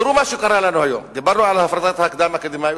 תראו מה שקרה לנו היום: דיברנו על הפרטת המכינות הקדם-אקדמיות,